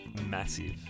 massive